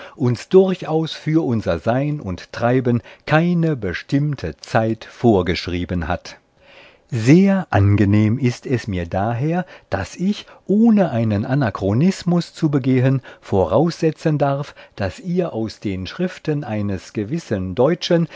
uns durchaus für unser sein und treiben keine bestimmte zeit vorgeschrieben hat sehr angenehm ist es mir daher daß ich ohne einen anachronismus zu begehen voraussetzen darf daß ihr aus den schriften eines gewissen deutschen